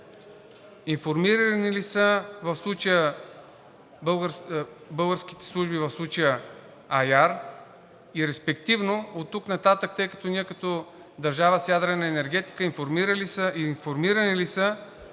информирани ли са в случая българските служби – в случая АЯР, и респективно оттук нататък, тъй като ние като държава с ядрена енергетика, информирани ли са